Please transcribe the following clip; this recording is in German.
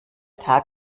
tag